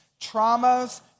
traumas